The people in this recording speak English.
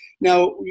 Now